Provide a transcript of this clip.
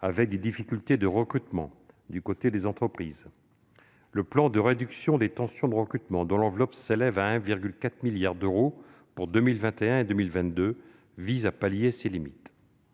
avec des difficultés de recrutement du côté des entreprises. Le plan de réduction des tensions de recrutement, dont l'enveloppe s'élève à 1,4 milliard d'euros pour 2021 et 2022, vise à pallier ces limites.